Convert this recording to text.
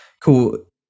cool